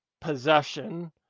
possession